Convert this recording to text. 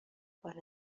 بار